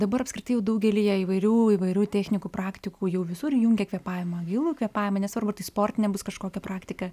ne dabar apskritai daugelyje įvairių įvairių technikų praktikų jau visur jungia kvėpavimą gilų kvėpavimą nesvarbu ar tai sportinė bus kažkokia praktika